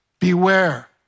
beware